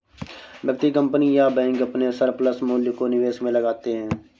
व्यक्ति, कंपनी या बैंक अपने सरप्लस मूल्य को निवेश में लगाते हैं